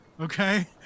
okay